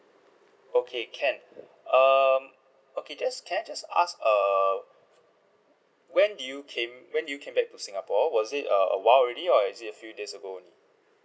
okay can um okay just can I just ask err when did you came when did you came back to singapore was it uh a while already or is it a few days ago only